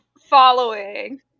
following